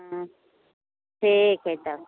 हँ ठीक छै तब